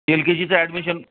L K जीचं admission